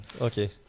Okay